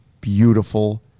beautiful